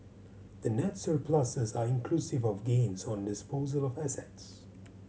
the net surpluses are inclusive of gains on disposal of assets